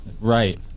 Right